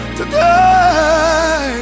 today